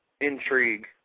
intrigue